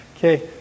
Okay